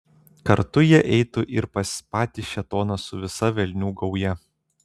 kartu jie eitų ir pas patį šėtoną su visa velnių gauja